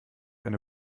eine